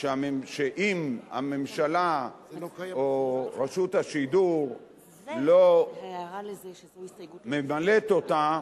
שאם הממשלה או רשות השידור לא ממלאת אותה